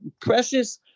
precious